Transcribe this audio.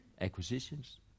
acquisitions